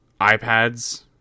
iPads